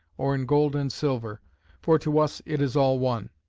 or in gold and silver for to us it is all one.